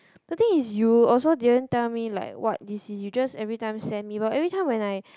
the thing is you also didn't tell me like what this is you just everytime send me but everytime when I